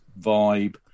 vibe